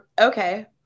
Okay